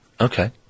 okay